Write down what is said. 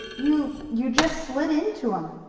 you you just slid into em!